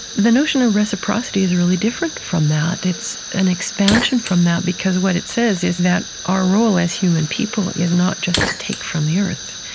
the notion of reciprocity is really different from that. it's an expansion from that, because what it says is that our role as human people is not just to take from the earth,